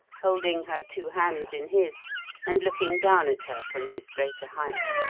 holding her two hands in his and looking down at her from his greater height.